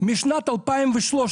משנת 2013,